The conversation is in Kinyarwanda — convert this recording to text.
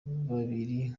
babiri